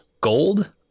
gold